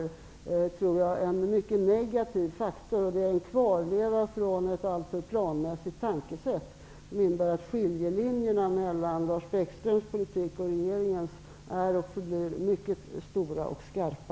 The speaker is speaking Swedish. Jag tror att det är en mycket negativ faktor och en kvarleva från ett alltför planmässigt tankesätt, som innebär att skiljelinjerna mellan Lars Bäckströms politik och regeringens är och förblir mycket stora och skarpa.